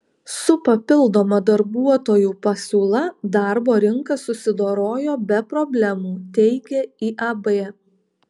su papildoma darbuotojų pasiūla darbo rinka susidorojo be problemų teigia iab